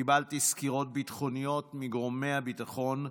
קיבלתי סקירות ביטחוניות מגורמי הביטחון,